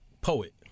poet